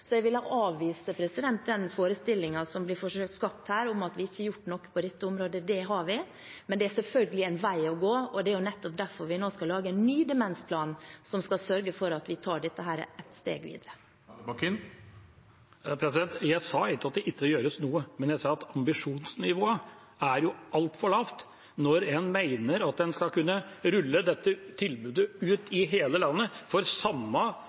Så jeg vil avvise forestillingen som blir forsøkt skapt her, om at vi ikke har gjort noe på dette området. Det har vi, men det er selvfølgelig en vei å gå, og det er nettopp derfor vi nå skal lage en ny demensplan, som skal sørge for at vi tar dette et steg videre. Jeg sa ikke at det ikke gjøres noe, jeg sa at ambisjonsnivået er altfor lavt når en mener at en skal kunne rulle ut dette tilbudet i hele landet for samme